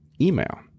email